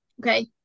Okay